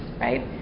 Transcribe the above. right